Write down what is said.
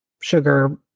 sugar